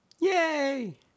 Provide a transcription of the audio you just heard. Yay